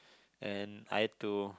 and I had to